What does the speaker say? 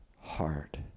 heart